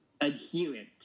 adherent